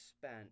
spent